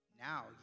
Now